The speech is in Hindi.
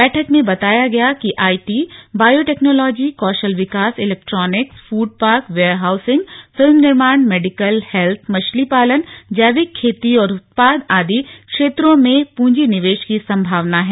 बैठक में बताया गया कि आईटी बायो टेक्नोलॉजी कौशल विकास electronics food park warehousing film निर्माण मेडिकल हेल्थ मछली पालन जैविक खेती और उत्पाद आदि क्षेत्रों में पूंजी निवेश की संभावना है